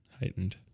heightened